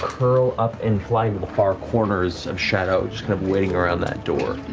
curl up and fly into the far corners of shadow, just kind of waiting around that door.